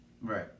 right